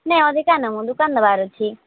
ନାଇଁ ଅଧିକା ନେବୁ ଦୋକାନ ଦେବାର ଅଛି